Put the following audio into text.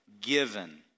given